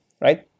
Right